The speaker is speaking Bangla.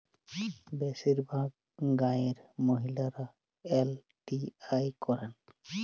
বেশিরভাগ গাঁয়ের মহিলারা এল.টি.আই করেন